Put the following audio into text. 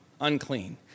unclean